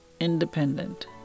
independent